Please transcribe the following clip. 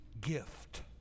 gift